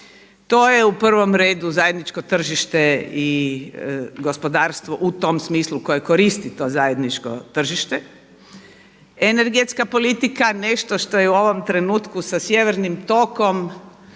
To je u prvom redu zajedničko tržište i gospodarstvo u tom smislu koje koristi to zajedničko tržište, energetska politika, nešto što je u ovom trenutku sa sjevernim tokom